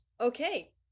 okay